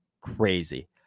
crazy